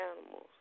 animals